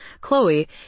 Chloe